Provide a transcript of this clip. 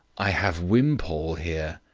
i have wimpole here.